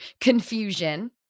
confusion